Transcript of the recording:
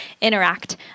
interact